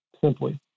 simply